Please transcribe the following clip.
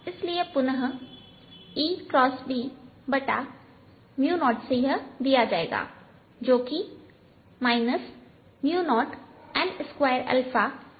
इसलिए S पुनः 0से दिया जाएगा जो कि 0 n22I0t r से बताया गया है